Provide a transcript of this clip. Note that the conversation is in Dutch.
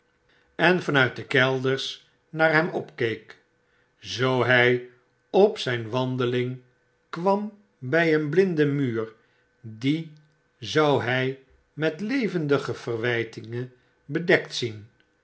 en van uitdekelders naar hem opkeek zoo hy op zyn wandeling kwam by een blinden muur die zou by met levendige verwytingen bedekt zien